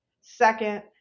Second